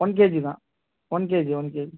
one KG தான் one KG one KG